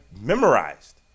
memorized